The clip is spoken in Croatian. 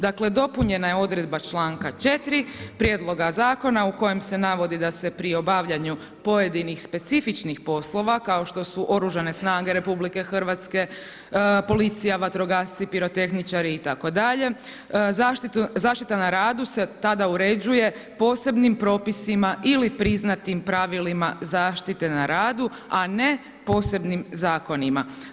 Dakle, dopunjena je odredba članka 4. prijedloga zakona u kojem se navodi da se pri obavljanju pojedinih specifičnih poslova kao što su OS RH, policija, vatrogasci, pirotehničari itd., zaštita na radu se tada uređuje posebnim propisima ili priznatim pravilima zaštite na radu a ne posebnim zakonima.